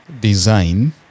design